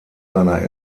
seiner